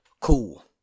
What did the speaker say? cool